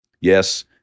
Yes